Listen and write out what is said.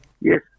Yes